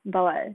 but what